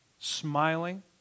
smiling